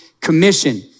commission